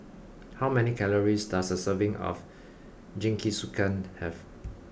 how many calories does a serving of Jingisukan have